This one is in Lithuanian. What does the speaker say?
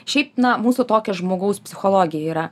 šiaip na mūsų tokia žmogaus psichologija yra